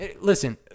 Listen